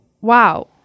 wow